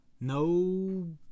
No